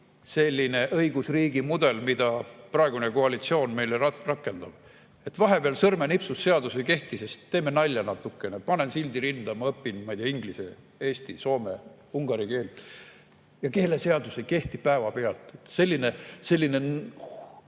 selline õigusriigi mudel, mida praegune koalitsioon meil rakendab. Vahepeal sõrmenipsust seadus ei kehti, sest teeme nalja natukene, panen sildi rinda, et ma õpin, ma ei tea, inglise, eesti, soome, ungari keelt, ja keeleseadus ei kehti päevapealt. Selline täiesti